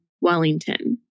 Wellington